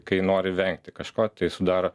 kai nori vengti kažko tai sudaro